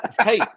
hey